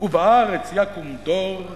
ובארץ יקום דור.